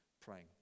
praying